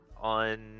on